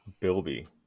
Bilby